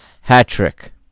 hat-trick